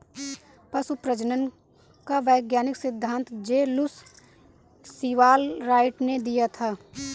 पशु प्रजनन का वैज्ञानिक सिद्धांत जे लुश सीवाल राइट ने दिया था